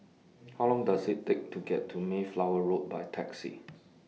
How Long Does IT Take to get to Mayflower Road By Taxi